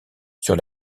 sur